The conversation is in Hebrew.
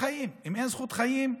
אם אין זכות חיים,